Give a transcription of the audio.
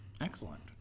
Excellent